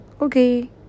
Okay